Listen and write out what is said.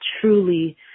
truly